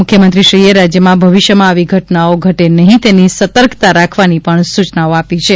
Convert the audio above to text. મુખ્યમંત્રીશ્રીએ રાજ્યમાં ભવિષ્યમાં આવી ઘટનાઓ ઘટે નહિ તેની સતર્કતા રાખવાની સૂચનાઓ પણ આપી છે